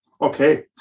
Okay